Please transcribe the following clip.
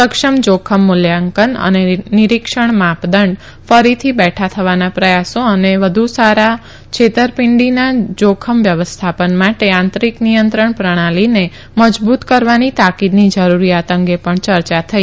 સક્ષમ જાખમ મુલ્યાંકન અને નિરીક્ષણ માપદંડ ફરીથી બેઠા થવાના પ્રયાસો અને વધુ સારા છેતરપીંડીના જાખમ વ્યવસ્થાપન માટે આંતરીક નિયંત્રણ પ્રણાલીને મજબુત કરવાની તાકીદની જરૂરીયાત અંગે પણ ચર્ચા થઈ